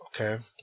Okay